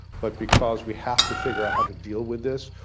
but because we have to figure out how to deal with this,